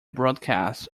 broadcast